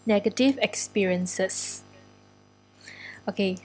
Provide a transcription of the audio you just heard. negative experiences okay